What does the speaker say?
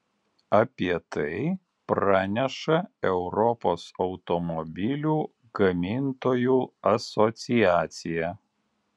apie tai praneša europos automobilių gamintojų asociacija